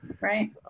Right